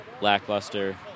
lackluster